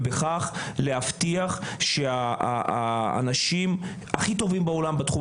ובכך להבטיח שהאנשים הכי טובים בעולם בתחום